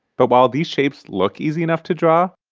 but while these shapes look easy enough to draw,